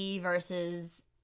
versus